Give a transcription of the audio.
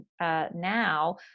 now